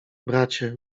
bracie